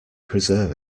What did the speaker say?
preserve